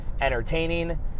entertaining